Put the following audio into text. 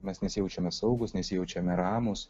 mes nesijaučiame saugūs nesijaučiame ramūs